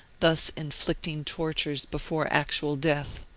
thus inflicting tortures before actual death.